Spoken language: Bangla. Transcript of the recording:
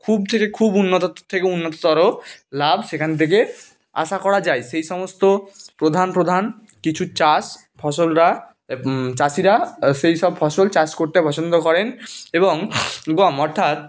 খুব যে খুব উন্নত থেকে উন্নততর লাভ সেখান থেকে আশা করা যায় সেই সমস্ত প্রধান প্রধান কিছু চাষ ফসলরা এব চাষিরা সেই সব ফসল চাষ করতে পছন্দ করেন এবং গম অর্থাৎ